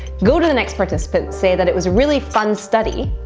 go to the next participant, say that it was a really fun study,